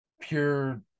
pure